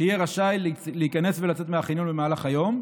שיהיה רשאי להיכנס ולצאת מהחניון במהלך היום,